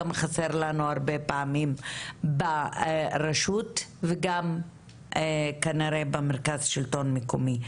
גם חסר לנו הרבה פעמים ברשות וגם כנראה במרכז שלטון מקומי.